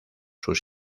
sus